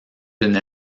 une